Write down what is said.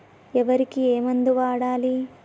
వరికి ఏ మందు వాడాలి?